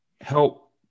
help